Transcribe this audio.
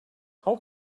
how